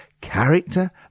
character